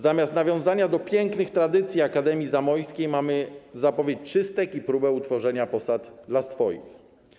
Zamiast nawiązania do pięknych tradycji Akademii Zamojskiej mamy zapowiedź czystek i próbę utworzenia posad dla swoich.